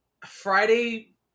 Friday